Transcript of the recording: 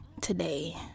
today